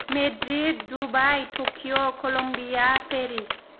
Madrid Dubai Tokyo Colombia Paris